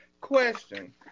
Question